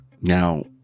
Now